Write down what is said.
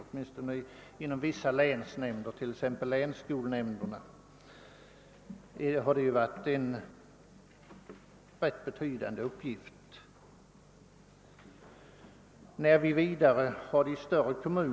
Länsskolnämnderna har t.ex. haft en betydande uppgift som planeringsorgan.